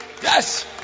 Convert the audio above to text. yes